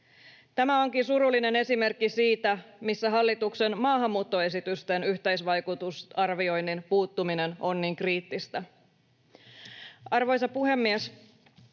Tämä onkin surullinen esimerkki siitä, missä hallituksen maahanmuuttoesitysten yhteisvaikutusarvioinnin puuttuminen on niin kriittistä. Arvoisa puhemies!